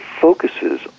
focuses